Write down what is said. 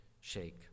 shake